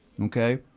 okay